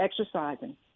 exercising